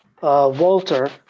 Walter